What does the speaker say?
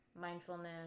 mindfulness